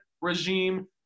regime